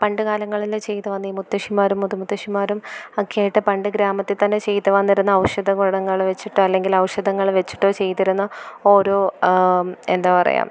പണ്ട് കാലങ്ങളില് ചെയ്ത് വന്ന ഈ മുത്തശ്ശിമാരും മുതുമുത്തശ്ശിമാരും ഒക്കെയായിട്ട് പണ്ട് ഗ്രാമത്തിൽ തന്നെ ചെയ്ത് വന്നിരുന്ന ഔഷധ ഗുണങ്ങള് വെച്ചിട്ടോ അല്ലെങ്കില് ഔഷധങ്ങള് വെച്ചിട്ടോ ചെയ്തിരുന്ന ഓരോ എന്താ പറയുക